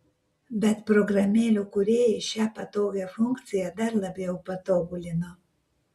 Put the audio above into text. bet programėlių kūrėjai šią patogią funkciją dar labiau patobulino